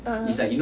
(uh huh)